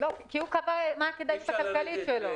כי היא קבעה מה הכדאיות הכלכלית שלה.